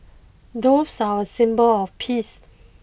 doves are a symbol of peace